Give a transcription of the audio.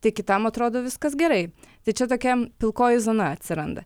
tai kitam atrodo viskas gerai tai čia tokia pilkoji zona atsiranda